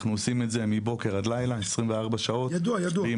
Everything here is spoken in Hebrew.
אנחנו עושים את זה מבוקר ועד לילה 24 שעות ביממה,